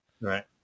Right